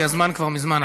כי הזמן כבר מזמן עבר.